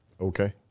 Okay